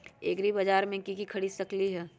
एग्रीबाजार से हम की की खरीद सकलियै ह?